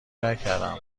نکردم